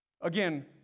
Again